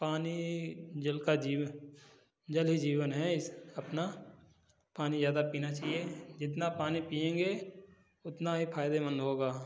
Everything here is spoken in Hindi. पानी जल का जीव जल ही जीवन है इस अपना पानी ज़्यादा पीना चाहिए जितना पानी पियेंगे उतना ही फायदेमंद होगा